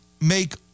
Make